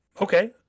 okay